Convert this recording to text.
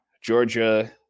Georgia